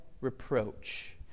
reproach